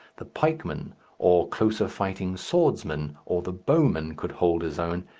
the pikeman or closer-fighting swordsman or the bowman could hold his own,